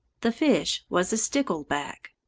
the fish was a stickleback.